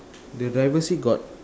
the driver seat got